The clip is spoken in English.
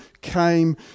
came